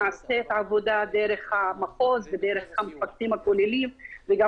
נעשית עבודה דרך המחוז ודרך המפקחים הכוללים וגם